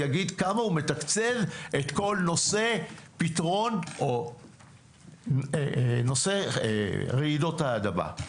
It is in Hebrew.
יגיד כמה הוא מתקצב את כל נושא פתרון או נושא רעידות האדמה.